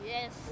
Yes